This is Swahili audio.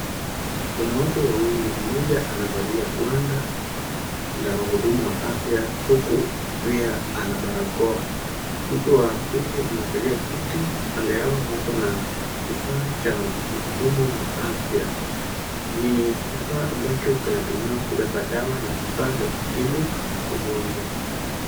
Wanawake wawili, mmoja amevalia gwanda la wahudumu wa afya pia barakoa, huku wa pili amekalia kiti, kando yao wapo na kifaa cha mhudumu wa afya. Ni kifaa ambacho kinatumiwa kubeba dawa na vifaa vya kupima ugonjwa.